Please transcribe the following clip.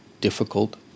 difficult